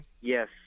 Yes